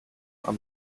are